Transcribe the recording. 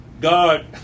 God